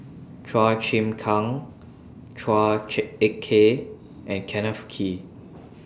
Chua Chim Kang Chua Ek Kay and Kenneth Kee